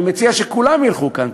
אני מציע שכולם ילכו כאן,